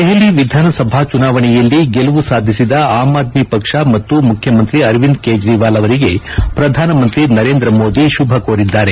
ದೆಹಲಿ ವಿಧಾನಸಭಾ ಚುನಾವಣೆಯಲ್ಲಿ ಗೆಲುವು ಸಾಧಿಸಿದ ಆಮ್ ಆದ್ದಿ ಪಕ್ಷ ಮತ್ತು ಮುಖ್ಯಮಂತ್ರಿ ಅರವಿಂದ ಕೇಜ್ರವಾಲ್ ಅವರಿಗೆ ಪ್ರಧಾನಮಂತ್ರಿ ನರೇಂದ್ರ ಮೋದಿ ಶುಭ ಕೋರಿದ್ದಾರೆ